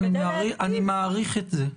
אני מעריך את זה,